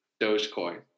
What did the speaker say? Dogecoin